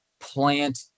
plant